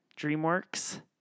DreamWorks